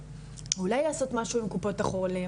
אולי לעשות משהו עם קופות החולים?